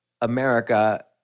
America